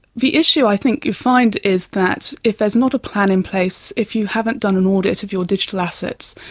the issue i think you find is that if there's not a plan in place, if you haven't done an audit of your digital assets,